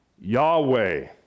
Yahweh